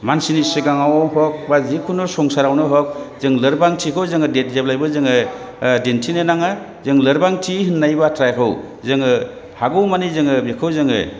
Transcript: मानसिनि सिगाङाव हक बा जिकुनु संसारावनो हक जों लोरबांथिखौ जोङो जेब्लायबो जोङो दिन्थिनो नाङा जों लोरबांथि होननाय बाथ्राखौ जोङो हागौमानि जोङो बेखौ जोङो